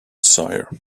sire